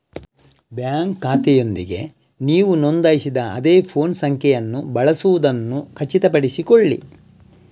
bank ಖಾತೆಯೊಂದಿಗೆ ನೀವು ನೋಂದಾಯಿಸಿದ ಅದೇ ಫೋನ್ ಸಂಖ್ಯೆಯನ್ನು ಬಳಸುವುದನ್ನು ಖಚಿತಪಡಿಸಿಕೊಳ್ಳಿ